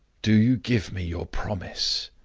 do you give me your promise?